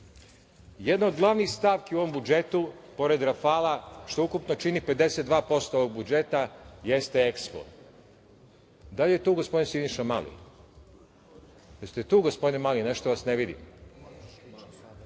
Jedna od glavnih stavki u ovom budžetu, pored rafala, što ukupno čini 52% ovog budžeta, jeste EKSPO. Da li je tu gospodin Siniša Mali? Da li ste tu, gospodine Mali, nešto vas ne vidim?